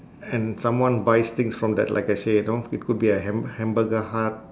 and someone buys things from that like I said know it could be a ham~ hamburger hut